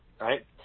right